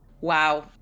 Wow